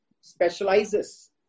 specializes